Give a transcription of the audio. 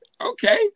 Okay